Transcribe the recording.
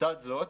לצד זאת